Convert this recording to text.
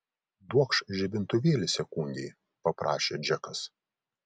duokš žibintuvėlį sekundei paprašė džekas